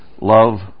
love